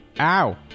Ow